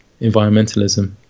environmentalism